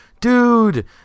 Dude